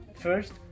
first